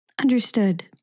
Understood